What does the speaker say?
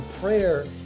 prayer